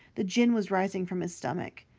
the gin was rising from his stomach.